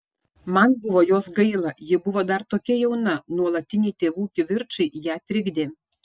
man buvo jos gaila ji buvo dar tokia jauna nuolatiniai tėvų kivirčai ją trikdė